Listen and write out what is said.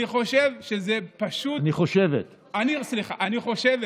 אני חושב שזה פשוט, אני חושבת.